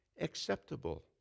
Acceptable